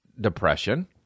depression